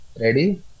ready